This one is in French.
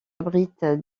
abrite